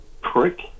prick